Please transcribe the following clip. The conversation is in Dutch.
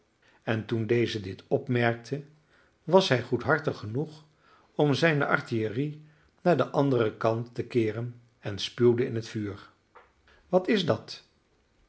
en toen deze dit opmerkte was hij goedhartig genoeg om zijne artillerie naar den anderen kant te keeren en spuwde in het vuur wat is dat